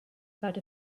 about